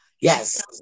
yes